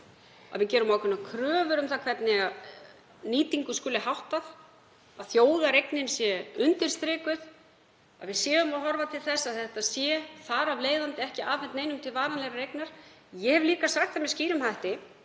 að við gerum ákveðnar kröfur um það hvernig nýtingu skuli háttað, að þjóðareignin sé undirstrikuð, að við séum að horfa til þess að þetta sé þar af leiðandi ekki afhent neinum til varanlegrar eignar. Ég hef líka sagt það með skýrum hætti,